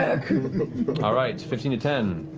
but right, fifteen to ten.